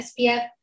SPF